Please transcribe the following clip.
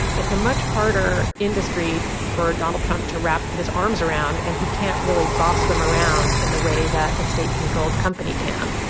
it's a much harder industry for donald trump to wrap his arms around, and he can't really boss them around in the way that a state-controlled company can.